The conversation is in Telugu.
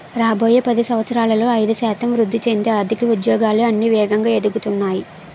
రాబోయే పది సంవత్సరాలలో ఐదు శాతం వృద్ధి చెందే ఆర్థిక ఉద్యోగాలు అన్నీ వేగంగా ఎదుగుతున్నాయి